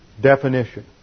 definition